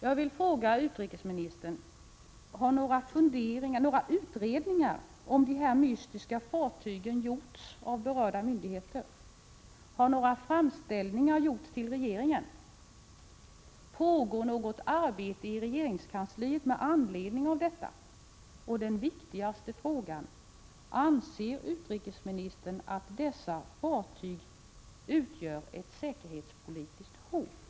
Jag vill fråga utrikesministern: Har några utredningar om de här mystiska fartygen gjorts av berörda myndigheter? Har några framställningar gjorts till regeringen? Pågår något arbete i regeringskansliet med anledning av detta? Och den viktigaste frågan: Anser utrikesministern att dessa fartyg utgör något säkerhetspolitiskt hot?